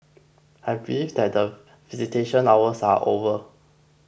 I believe that the visitation hours are over